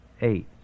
eight